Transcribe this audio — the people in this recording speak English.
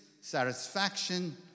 satisfaction